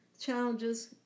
challenges